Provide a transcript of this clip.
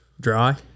dry